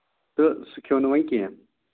تہٕ سُہ کھیوٚو نہٕ وۄنۍ کیٚنہہ